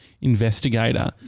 investigator